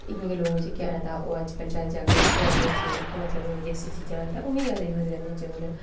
ते इ'यां गै लोक जेह्के हैन तां ओह् अज्ज आपूं जागरूक होआ दे न अपनी जेह्की मतलब देसी चीज़ां न तां उ'नें ई जैदा यूज करने च मतलब